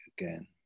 again